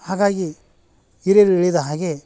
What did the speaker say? ಹಾಗಾಗಿ ಹಿರಿಯರು ಹೇಳಿದ ಹಾಗೆ